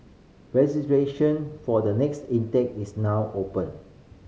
registration for the next intake is now open